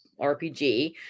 RPG